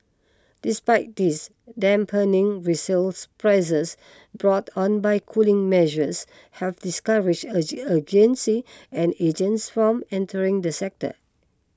despite this dampening resales prices brought on by cooling measures have discouraged agency and agents from entering the sector